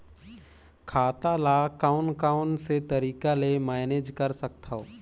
खाता ल कौन कौन से तरीका ले मैनेज कर सकथव?